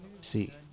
See